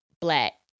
black